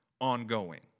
ongoing